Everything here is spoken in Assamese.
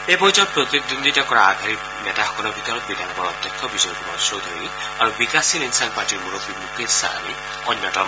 এই পৰ্যায়ত প্ৰতিদ্বন্দ্বিতা কৰা আগশাৰীৰ নেতাসকলৰ ভিতৰত বিধানসভাৰ অধ্যক্ষ বিজয় কুমাৰ চৌধৰী আৰু বিকাশশীল ইনছান পাৰ্টিৰ মূৰববী মুকেশ চাহানী অন্যতম